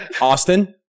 Austin